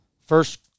First